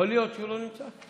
יכול להיות שהוא לא נמצא?